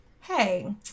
hey